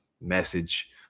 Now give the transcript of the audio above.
message